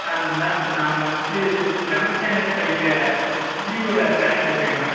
ஆ ma'am நாங்கள் வந்துட்டு eleventh standard படிக்கிற சுஜியோட பேரண்ட் பேசுறேங்க மேம்